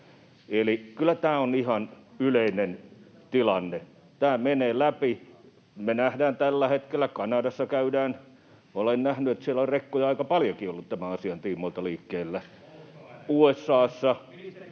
eli kyllä tämä on ihan yleinen tilanne, tämä menee läpi. Me nähdään, mitä tällä hetkellä Kanadassa käydään — olen nähnyt, että siellä on rekkoja aika paljonkin ollut tämän asian tiimoilta liikkeellä